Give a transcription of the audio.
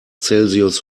celsius